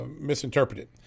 misinterpreted